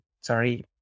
sorry